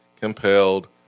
compelled